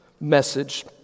message